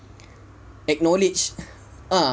acknowledge